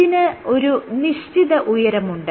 ഇതിന് ഒരു നിശ്ചിത ഉയരമുണ്ട്